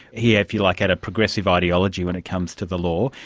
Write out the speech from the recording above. he, if you like, had a progressive ideology when it comes to the law,